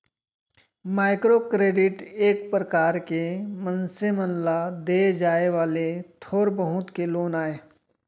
micro credit एक परकार के मनसे मन ल देय जाय वाले थोर बहुत के लोन आय